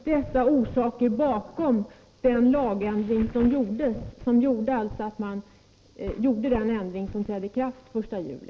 Herr talman! Får jag då fråga om någon av dessa orsaker låg bakom den ändring som trädde i kraft den 1 juli?